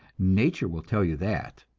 nature will tell you that.